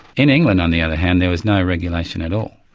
in england on the other hand, there was no regulation at all,